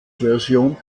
version